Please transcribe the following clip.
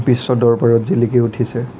বিশ্ব দৰবাৰত জিলিকি উঠিছে